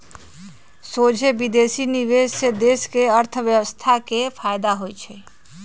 सोझे विदेशी निवेश से देश के अर्थव्यवस्था के फयदा होइ छइ